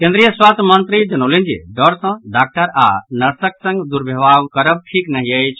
केन्द्रीय स्वास्थ्य मंत्री जनौलनि जे डर सँ डॉक्टर आओर नर्सक संग दुर्व्यवहार करब ठिक नहि अछि